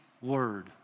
Word